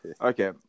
Okay